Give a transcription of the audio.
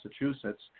massachusetts